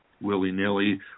willy-nilly